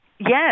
Yes